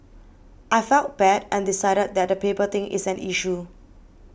I felt bad and decided that the paper thing is an issue